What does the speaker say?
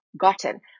gotten